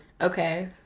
Okay